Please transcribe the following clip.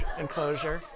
enclosure